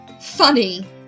funny